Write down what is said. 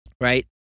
right